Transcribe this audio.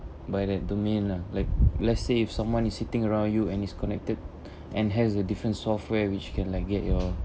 by that domain lah like let's say if someone is sitting around you and is connected and has a different software which can like get your